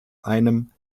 einem